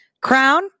Crown